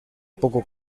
poco